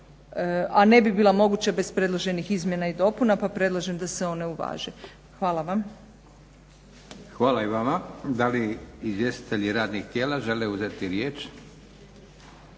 a ne bi bilo moguće bez predloženih izmjena i dopuna pa predlažem da se one uvaže. Hvala vam. **Leko, Josip (SDP)** Hvala i vama. Da li izvjestitelji radnih tijela žele uzeti riječ?